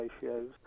ratios